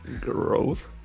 Gross